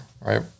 right